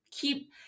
keep